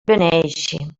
beneeixi